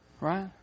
Right